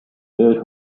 bird